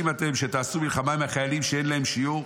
זה נושא מעניין שצריך לבדוק אותו.